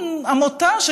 היה עמותה,